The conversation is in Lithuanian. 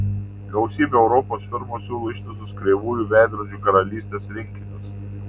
gausybė europos firmų siūlo ištisus kreivųjų veidrodžių karalystės rinkinius